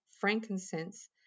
frankincense